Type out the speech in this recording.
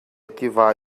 tiva